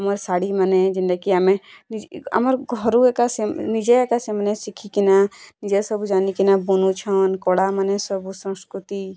ନୂଆଁ ଶାଢ଼ିମାନେ ଯେନ୍ତାକି ଆମେ ନିଜ୍ ଆମର୍ ଘରୁ ଏକା ସେମ୍ ନିଜେ ଏକା ସେମାନେ ଶିକ୍ଷିକିନା ନିଜେ ସବୁ ଜାନିକିନା ବୁନୁଛନ୍ କଳାମାନେ ସବୁ ସଂସ୍କୃତି